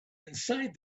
inside